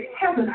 heaven